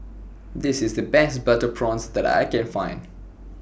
This IS The Best Butter Prawns that I Can Find